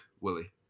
Willie